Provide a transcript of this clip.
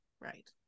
right